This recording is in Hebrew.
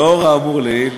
לאור האמור לעיל,